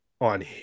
on